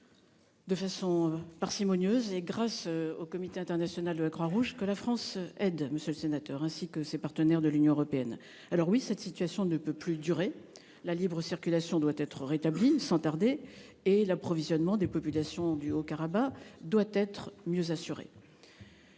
de façon parcimonieuse, grâce au Comité international de la Croix-Rouge, que la France aide, monsieur le sénateur, tout comme ses partenaires de l'Union européenne. Cette situation ne peut plus durer. La libre circulation doit être rétablie sans tarder et l'approvisionnement des populations du Haut-Karabagh doit être mieux assuré,